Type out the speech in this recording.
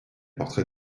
portrait